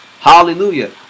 Hallelujah